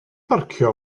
barcio